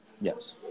Yes